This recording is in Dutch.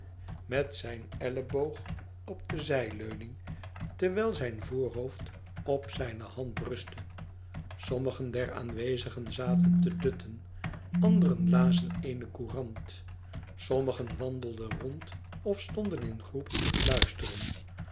met zijn elleboog op de zijleuning terwijl zijn voorhoofd op zijne hand rustte sommigen der aanwezigen zaten te dutten anderen lazen eene courant sommigen wandelden rond of stonden in groepen te fluisteren